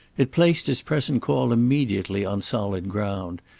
it placed his present call immediately on solid ground,